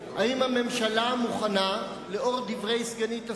האם הממשלה מוכנה, לאור דברי סגנית השר,